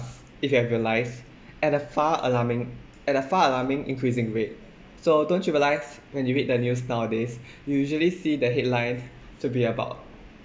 if you have realised at a far alarming at a far alarming increasing rate so don't you realise when you read the news nowadays you usually see the headlines to be about